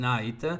Night